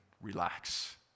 Relax